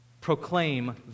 Proclaim